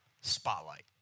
Spotlight